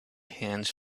hands